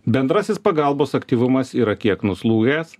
bendrasis pagalbos aktyvumas yra kiek nuslūgęs